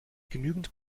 genügend